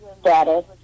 status